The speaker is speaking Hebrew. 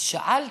אז שאלתי: